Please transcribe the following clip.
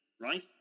right